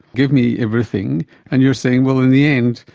give me everything and you're saying, well, in the end,